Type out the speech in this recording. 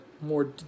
more